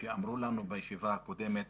שאמרו לנו בישיבה הקודמת